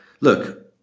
look